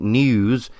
news